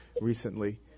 recently